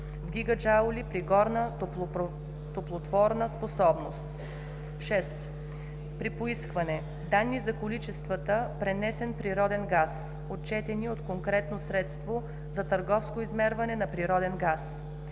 в гигаджаули при горна топлотворна способност; 6. при поискване – данни за количествата пренесен природен газ, отчетени от конкретно средство за търговско измерване на природен газ.“